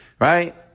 Right